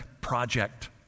Project